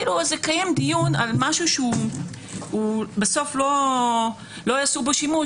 לקיים דיון על משהו שבסוף לא יעשו בו שימוש,